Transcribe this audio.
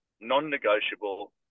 non-negotiable